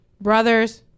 brothers